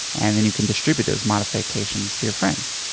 and then you can distribute those modifications to your friends.